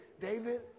David